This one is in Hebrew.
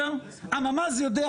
מפקד המחוז יודע,